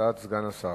כהצעת סגן השר.